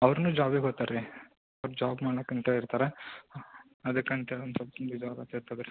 ಅವ್ರುನು ಜಾಬಿಗೆ ಹೋಗ್ತಾರಿ but job ಮಾಡಾಕಂತ ಇರ್ತಾರೆ ಅದಕ್ಕಂತ ಒಂದು ಸೊಲ್ಪ್ ಇದು ಆಗಕತ್ತದೆ ರೀ